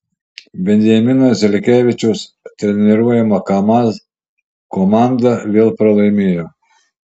benjamino zelkevičiaus treniruojama kamaz komanda vėl pralaimėjo